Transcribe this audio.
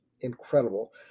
incredible